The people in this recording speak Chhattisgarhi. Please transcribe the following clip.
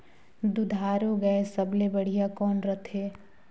दुधारू गाय सबले बढ़िया कौन रथे?